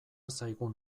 zaigun